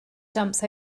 jumps